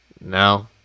No